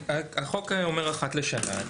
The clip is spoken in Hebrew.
החוק אומר אחת לשנה.